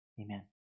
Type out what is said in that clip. Amen